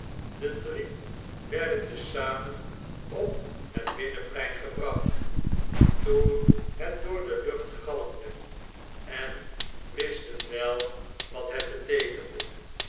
de drie werden te zamen op het bmnenplein gebracht toen het door de lucht galmde en wisten wel wat jhet beteekende